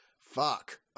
fuck